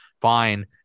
fine